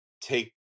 take